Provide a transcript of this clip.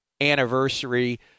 anniversary